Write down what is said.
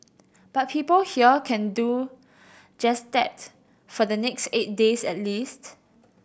but people here can do just that for the next eight days at least